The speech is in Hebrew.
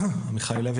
עמיחי לוי,